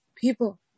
people